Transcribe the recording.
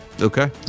okay